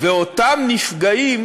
ואותם נפגעים